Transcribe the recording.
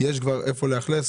איפה לאכלס?